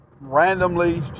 randomly